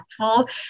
impactful